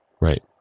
Right